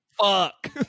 Fuck